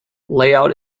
layout